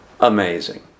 Amazing